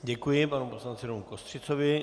Děkuji panu poslanci Kostřicovi.